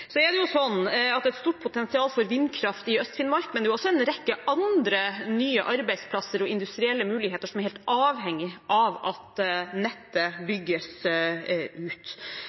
Så er det jo sånn at det er et stort potensial for vindkraft i Øst-Finnmark, men det er også en rekke andre nye arbeidsplasser og industrielle muligheter som er helt avhengig av at nettet bygges ut.